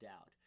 out